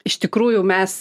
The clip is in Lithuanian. iš tikrųjų mes